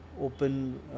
open